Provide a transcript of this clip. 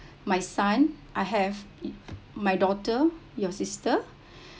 my son I have my daughter your sister